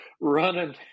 running